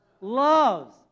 loves